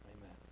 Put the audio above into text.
Amen